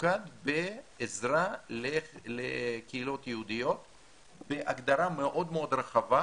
שממוקד בעזרה לקהילות יהודיות בהגדרה מאוד מאוד רחבה,